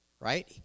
right